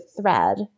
thread